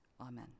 Amen